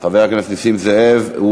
חבר הכנסת נסים זאב הוא